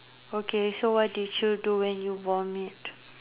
okay so what did you do when you vomit